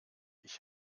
ich